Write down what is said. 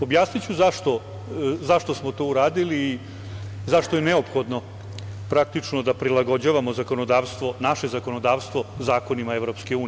Objasniću zašto smo to uradili i zašto je neophodno praktično da prilagođavamo naše zakonodavstvo zakonima EU.